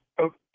Okay